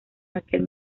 aquel